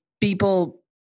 people